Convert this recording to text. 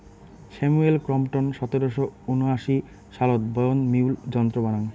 Samuel Crompton সতেরশো উনআশি সালত বয়ন মিউল যন্ত্র বানাং